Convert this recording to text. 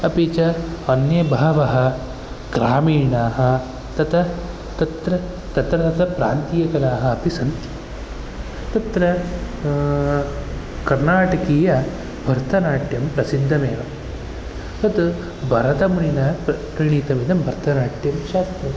अपि च अन्ये बहवः ग्रामीणाः तथा तत्र तत्र तत्र प्रान्तीयपदाः अपि सन्ति तत्र कर्नाटकीयभरतनाट्यं प्रसिद्धमेव तत् भरतमुनिना प्रणीतव्यं भरतनाट्यं शास्त्रं